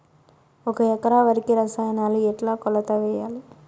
ఒక ఎకరా వరికి రసాయనాలు ఎట్లా కొలత వేయాలి?